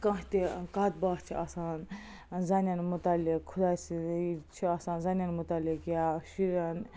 کانٛہہ تہِ کَتھ باتھ چھِ آسان زنٮ۪ن متعلق خۄداے چھِ آسان زنٮ۪ن متعلق یا شُرٮ۪ن